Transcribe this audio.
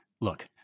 look